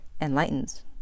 enlightens